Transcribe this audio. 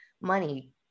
money